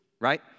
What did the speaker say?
right